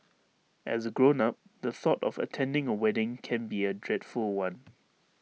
as A grown up the thought of attending A wedding can be A dreadful one